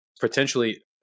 potentially